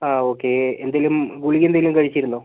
ആഹ് okay എന്തേലും ഗുളിക എന്തേലും കഴിച്ചിരുന്നോ